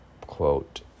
quote